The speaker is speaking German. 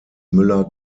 müller